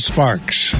Sparks